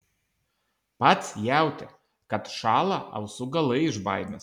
pats jautė kad šąla ausų galai iš baimės